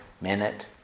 minute